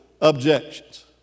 objections